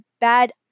bad